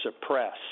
suppress